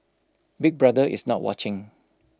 Big Brother is not watching